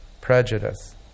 prejudice